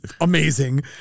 amazing